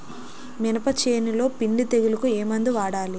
మినప చేనులో పిండి తెగులుకు ఏమందు వాడాలి?